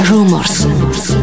Rumors